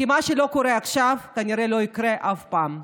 כי מה שלא קורה עכשיו, כנראה שלא יקרה אף פעם.